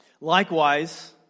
Likewise